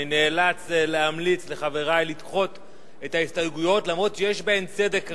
אני נאלץ להמליץ לחברי לדחות את ההסתייגויות למרות שיש בהן צדק רב.